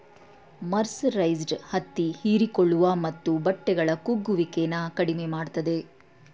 mercerised ಹತ್ತಿ ಹೀರಿಕೊಳ್ಳುವ ಮತ್ತು ಬಟ್ಟೆಗಳ ಕುಗ್ಗುವಿಕೆನ ಕಡಿಮೆ ಮಾಡ್ತದೆ